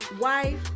wife